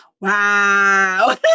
Wow